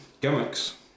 gimmicks